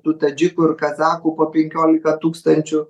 tų tadžikų ir kazachų po penkioliką tūkstančių